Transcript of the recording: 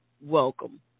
welcome